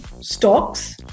stocks